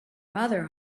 mother